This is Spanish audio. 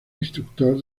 instructor